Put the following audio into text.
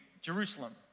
Jerusalem